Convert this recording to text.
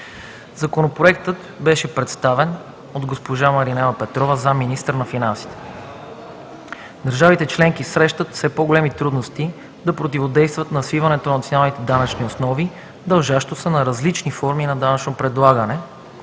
Законопроектът беше представен от госпожа Маринела Петрова – заместник-министър на финансите. Държавите членки срещат все по-големи трудности да противодействат на свиването на националните данъчни основи, дължащо се на различни форми на данъчно планиране